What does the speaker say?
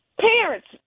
parents